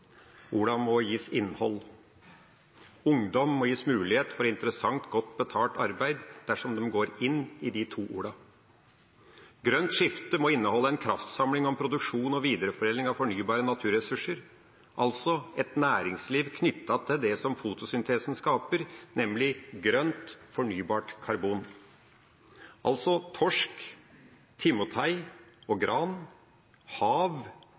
Orda må gis innhold. Ungdom må gis mulighet for et interessant, godt betalt arbeid dersom de går inn i de to orda. Grønt skifte må inneholde en kraftsamling om produksjon og videreforedling av fornybare naturressurser, altså et næringsliv knyttet til det som fotosyntesen skaper, nemlig grønt, fornybart karbon – altså torsk, timotei, gran, hav, jord og